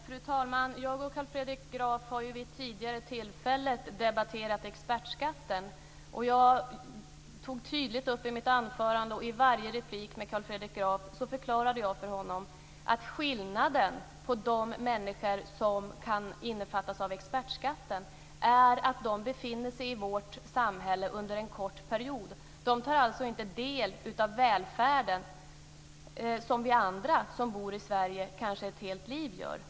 Fru talman! Jag och Carl Fredrik Graf har ju vid tidigare tillfällen debatterat expertskatten. Jag tog tydligt upp i mitt anförande och förklarade i varje replik för Carl Fredrik Graf att skillnaden på de människor som kan omfattas av expertskatten är att de befinner sig i vårt samhälle under en kort period. De tar alltså inte del av välfärden som vi andra som bor i Sverige kanske ett helt liv gör.